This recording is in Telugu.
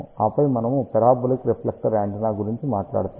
ఆపై మనము పారాబొలిక్ రిఫ్లెక్టర్ యాంటెన్నా గురించి మాట్లాడతాము